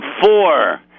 four